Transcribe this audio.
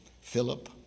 Philip